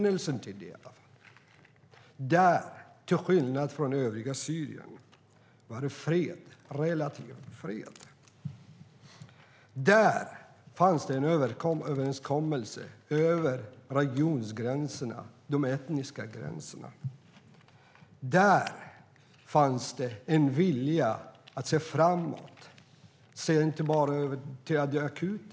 Där, till skillnad från i övriga Syrien, var det relativ fred. Där fanns det en överenskommelse över regiongränserna och de etniska gränserna. Där fanns det en vilja att se framåt och inte bara se till det akuta.